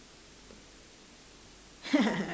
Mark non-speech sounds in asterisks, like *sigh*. *laughs*